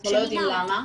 אנחנו לא יודעים למה.